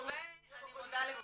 ואני מודה לכולם,